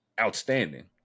outstanding